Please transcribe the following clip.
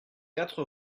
quatre